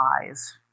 eyes